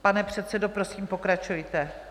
Pane předsedo, prosím pokračujte.